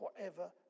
forever